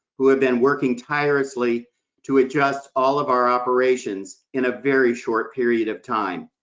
who have been working tirelessly to adjust all of our operations in a very short period of time.